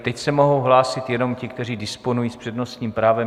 Teď se mohou hlásit jenom ti, kteří disponují přednostním právem.